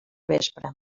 vespre